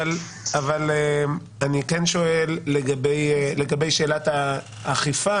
אבל אני כן שואל לגבי שאלת האכיפה,